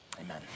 Amen